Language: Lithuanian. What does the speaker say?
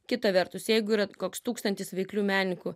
kita vertus jeigu yra koks tūkstantis veiklių menininkų